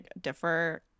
differ